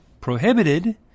prohibited